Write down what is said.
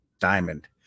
diamond